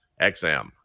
XM